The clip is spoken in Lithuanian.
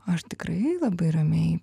aš tikrai labai ramiai